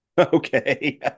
Okay